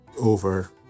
over